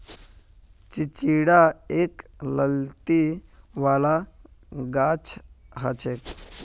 चिचिण्डा एक लत्ती वाला गाछ हछेक